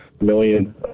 million